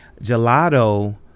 gelato